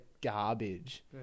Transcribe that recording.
garbage